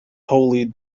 holy